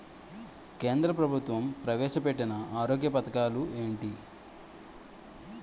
కేంద్ర ప్రభుత్వం ప్రవేశ పెట్టిన ఆరోగ్య పథకాలు ఎంటి?